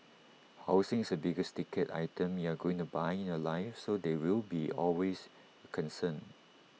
housing is the biggest ticket item you're going to buy in your life so there will always be A concern